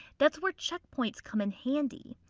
that's where check points come in handy.